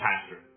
pastor